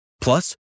Plus